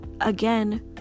again